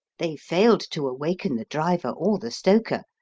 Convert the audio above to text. they failed to awaken the driver or the stoker,